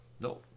No